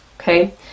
okay